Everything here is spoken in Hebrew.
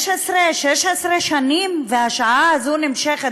15, 16 שנים, והשעה הזאת נמשכת.